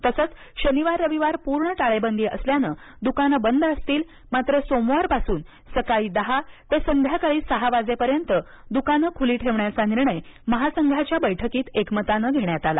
तसेच शनिवार रविवार पूर्ण टाळेबंदी असल्याने दुकाने बंद असतील मात्र सोमवारपासून सकाळी दहा ते संध्याकाळी सहा वाजेपर्यंत दुकाने खुली ठेवण्याचा निर्णय महासंघाच्या बैठकीत एकमताने घेण्यात आला